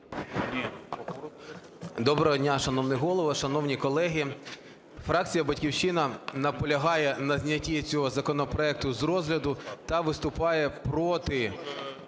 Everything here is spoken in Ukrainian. Доброго дня, шановний Голово, шановні колеги. Фракція "Батьківщина" наполягає на знятті цього законопроекту з розгляду та виступає проти